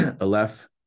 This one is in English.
aleph